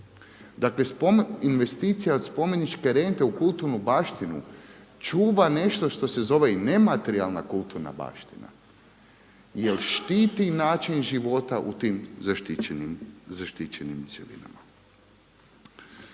Dakle investicija od spomeničke rente u kulturnu baštinu čuva nešto što se zove i nematerijalna kulturna baština jer štiti način života u tim zaštićenim cjelinama.